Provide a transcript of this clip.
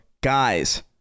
guys